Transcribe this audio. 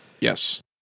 Yes